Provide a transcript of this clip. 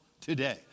today